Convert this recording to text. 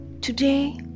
today